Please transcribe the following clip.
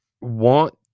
want